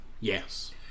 Yes